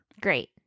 Great